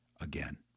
again